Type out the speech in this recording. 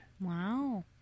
Wow